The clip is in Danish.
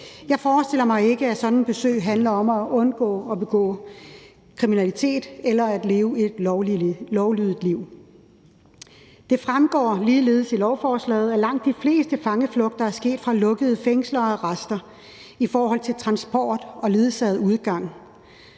Jeg forestiller mig ikke, at sådan et besøg handler om at undgå at begå kriminalitet eller at leve et lovlydigt liv. Det fremgår ligeledes af lovforslaget, at langt de fleste fangeflugter er sket fra lukkede fængsler og arrester i forbindelse med transport eller ledsaget udgang.